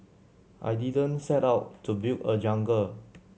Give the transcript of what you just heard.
I didn't set out to build a jungle